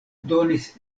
donis